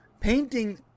painting